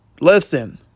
Listen